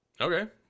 Okay